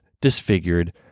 disfigured